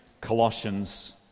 Colossians